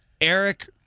Eric